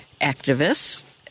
activists